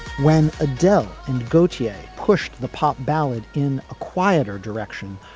when adele and gaultier pushed the pop ballad in quieter direction,